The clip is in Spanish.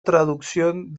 traducción